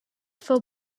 fou